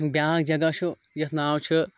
بیٛاکھ جگہ چھُ یَتھ ناو چھُ